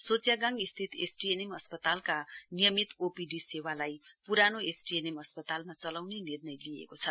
सोच्यागाङ स्थित एसटीएनएम अस्पतालका नियमित ओपीडीलाई पूरानो एसटीएनएम अस्पतालमा चलाउने निर्णय लिइएको छ